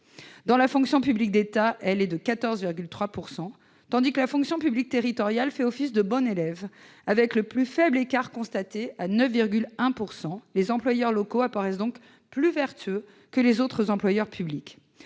Dans la fonction publique de l'État, elle est de 14,3 %. De son côté, la fonction publique territoriale fait office de bon élève, avec le plus faible écart observé, 9,1 %: les employeurs locaux apparaissent donc plus vertueux que les autres employeurs publics.